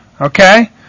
Okay